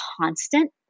constant